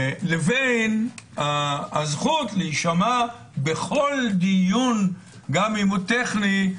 לבין הזכות להישמע בכל דיון גם אם הוא טכני,